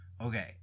okay